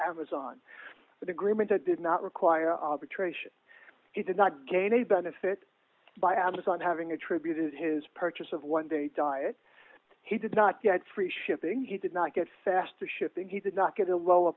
that agreement that did not require arbitration he did not gain a benefit by advice on having attributed his purchase of one day diet he did not get free shipping he did not get faster shipping he did not get a lower